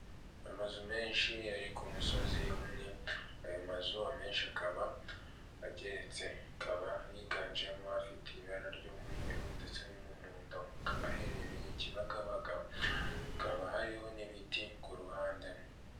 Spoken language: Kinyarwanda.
Inzu mberabyombi ubona ko irimo abantu benshi higanjemo abantu bakuze ndetse n'urubyiruko, ariko hakaba harimo n'abayobozi, ukaba ureba ko bose bateze amatwi umuntu uri kubaha ikiganiro kandi, buri wese imbere ye hakaba hari icupa ry'amazi. Hakaba harimo n'umuntu uhagaze inyuma wambaye impuzankano y'umukara.